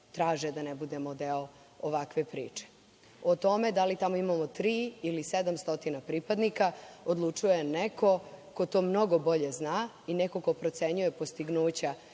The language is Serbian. traže da ne budemo deo ovakve priče.O tome da li tamo imamo tri ili sedam stotina pripadnika odlučuje neko ko to mnogo bolje zna i neko ko procenjuje postignuća